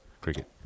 cricket